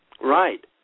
Right